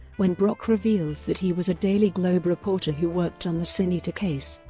when brock reveals that he was a daily globe reporter who worked on the sin-eater case,